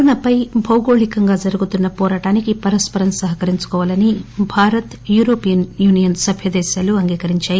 కరోనాపై భౌగోళిక పోరాటానికి పరస్పరం సహకరించుకోవాలని భారత్ యూరోపియస్ యూనియస్ సభ్య దేశాలు అంగీకరించాయి